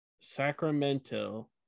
Sacramento